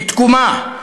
לתקומה,